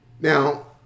Now